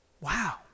Wow